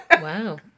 Wow